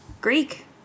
greek